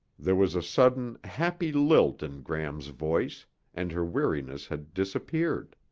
there was a sudden, happy lilt in gram's voice and her weariness had disappeared.